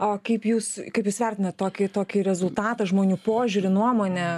o kaip jūs kaip jūs vertinat tokį tokį rezultatą žmonių požiūrį nuomonę